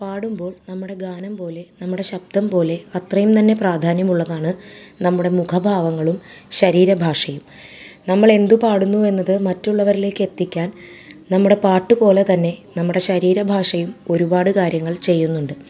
പാടുമ്പോൾ നമ്മുടെ ഗാനം പോലെ നമ്മുടെ ശബ്ദം പോലെ അത്രയും തന്നെ പ്രധാന്യമുള്ളതാണ് നമ്മുടെ മുഖഭാവങ്ങളും ശരീര ഭാഷയും നമ്മൾ എന്തു പാടുന്നു എന്നത് മറ്റുള്ളവരിലേക്ക് എത്തിക്കാൻ നമ്മുടെ പാട്ടു പോലെ തന്നെ നമ്മുടെ ശരീരഭാഷയും ഒരുപാട് കാര്യങ്ങൾ ചെയ്യുന്നുണ്ട്